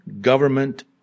government